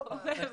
כאן.